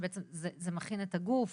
שבעצם זה מכין את הגוף